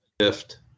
shift